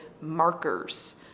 markers